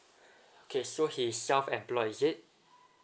okay so he is self employed is it